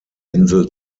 insel